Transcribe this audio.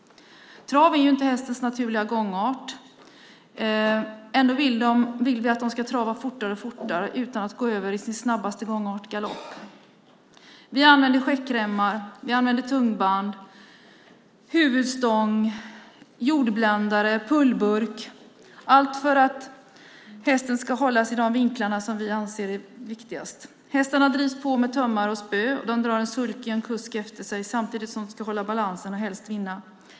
Trav är inte hästens naturligt snabbaste gångart. Ändå vill vi att de ska trava fortare och fortare utan att gå över till den snabbaste gångarten galopp. Vi använder checkremmar, tungband, huvudstång, jordbländare, pullburk - allt för att hästen ska hållas i de vinklar som vi anser är viktigast. Hästarna drivs på med tömmar och spö, och de drar en sulky med kusk efter sig samtidigt som de ska hålla balansen och helst vinna.